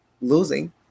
Losing